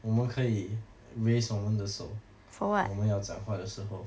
我们可以 raise 我们的手我们要讲话的时候